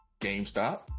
GameStop